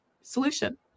solution